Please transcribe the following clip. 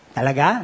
Talaga